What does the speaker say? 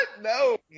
No